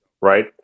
right